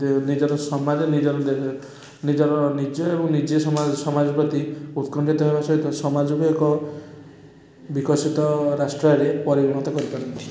ନିଜର ସମାଜ ନିଜର ନିଜର ନିଜେ ଏବଂ ନିଜେ ସମା ସମାଜ ପ୍ରତି ଉତ୍କଣ୍ଠିତ ହେବା ସହିତ ସମାଜକୁ ଏକ ବିକଶିତ ରାଷ୍ଟ୍ରରେ ପରିଗଣିତ କରିପାରନ୍ତି